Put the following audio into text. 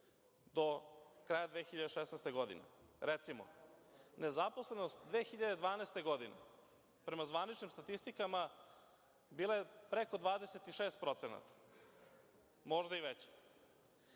do kraja 2016. godine? Recimo, nezaposlenost 2012. godine, prema zvaničnim statistikama bila je preko 26%, možda i veća.